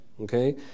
Okay